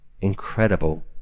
incredible